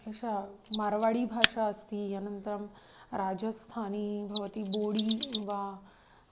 एषा मार्वाडिभाषा अस्ति अनन्तरं राजस्थानी भवति बोडी वा